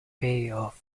payoff